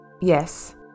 Yes